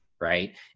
right